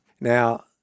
Now